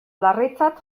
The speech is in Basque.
larritzat